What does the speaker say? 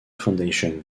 foundation